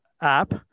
app